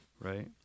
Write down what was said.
right